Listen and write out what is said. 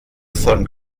von